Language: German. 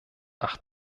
acht